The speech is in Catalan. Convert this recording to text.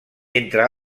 entre